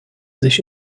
sich